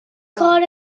کار